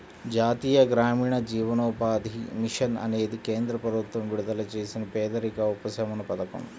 జాతీయ గ్రామీణ జీవనోపాధి మిషన్ అనేది కేంద్ర ప్రభుత్వం విడుదల చేసిన పేదరిక ఉపశమన పథకం